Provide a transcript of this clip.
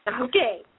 Okay